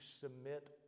submit